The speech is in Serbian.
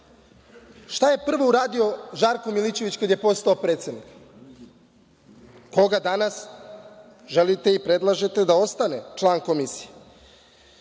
šta je prvo uradio Žarko Milićević kada je postao predsednik, a koga danas želite i predlažete da ostane član Komisije?